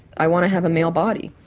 i want to have a male body.